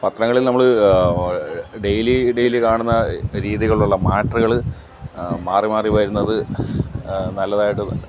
പത്രങ്ങളിൽ നമ്മൾ daily daily കാണുന്ന രീതികളുള്ള മാറ്ററുകൾ മാറി മാറി വരുന്നത് നല്ലതായിട്ട്